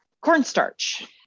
cornstarch